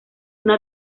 una